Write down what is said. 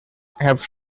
have